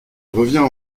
revient